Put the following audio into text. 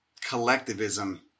collectivism